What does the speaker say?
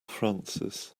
francis